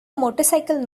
motorcycle